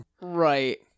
Right